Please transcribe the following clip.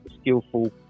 skillful